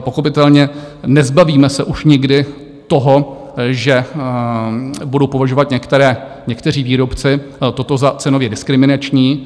Pochopitelně, nezbavíme se už nikdy toho, že budou považovat někteří výrobci toto za cenově diskriminační.